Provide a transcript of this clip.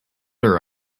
her